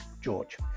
George